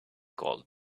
called